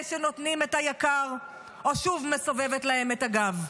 שנותנים את היקר או שוב מסובבת להם את הגב.